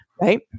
right